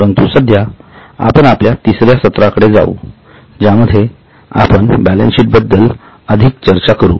परंतु सध्या आपण आपल्या तिसऱ्या सत्राकडे जावू ज्यामध्ये आपण बॅलन्सशीट बद्दल अधिक चर्चा करू